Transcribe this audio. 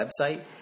website